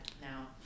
now